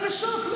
אני בשוק.